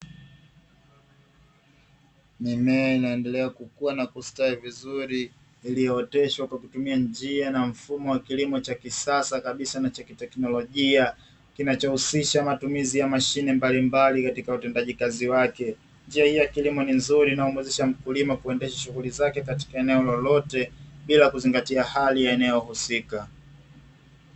Mimea inayoendelea kukua na kustawi vizuri iliyooteshwa kwa kutumia njia na mfumo wa kilimo cha kisasa kabisa na teknolojia kinachohusisha matumizi ya mashine mbalimbali katika utendaji kazi wake, njia hii ya kilimo ni nzuri na humuwezesha mkulima kuendesha shughuli zake katika eneo lolote bila kuzingatia hali ya eneo husika.